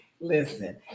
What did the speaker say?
Listen